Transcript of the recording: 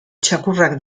txakurrak